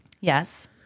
Yes